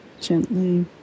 Gently